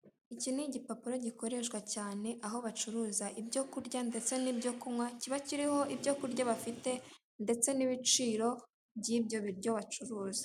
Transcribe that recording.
Iki ni igipapuro gikoreshwa cyane aho bacuruza ibyo kurya ndetse n'ibyo kunywa, kiba kiriho ibyo kurya bafite ndetse n'ibiciro by'ibyo biryo bacuruza.